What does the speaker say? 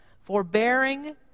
Forbearing